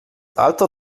alter